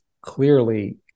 clearly